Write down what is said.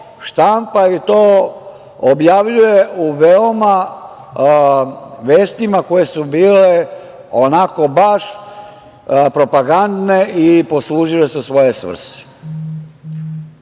štampa i to objavljuje u vestima koje su bile onako baš propagandne i poslužile su svojoj svrsi. Kada